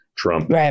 Trump